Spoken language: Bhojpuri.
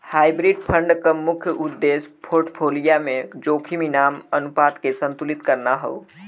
हाइब्रिड फंड क मुख्य उद्देश्य पोर्टफोलियो में जोखिम इनाम अनुपात के संतुलित करना हौ